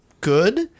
good